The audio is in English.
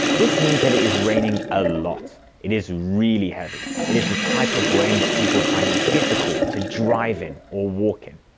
this means that it is raining a lot. it is really heavy. it is the type of rain that people find it difficult to drive in or walk in.